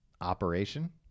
Operation